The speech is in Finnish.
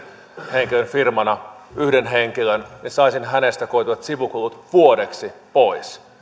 henkilön firmana yhden henkilön niin saisin hänestä koituvat sivukulut vuodeksi pois